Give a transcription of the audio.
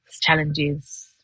challenges